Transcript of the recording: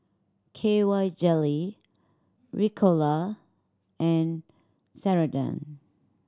K Y Jelly Ricola and Ceradan